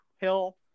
Hill